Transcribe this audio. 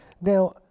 Now